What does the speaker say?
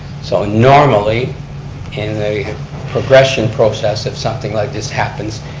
so normally in the progression process, if something like this happens,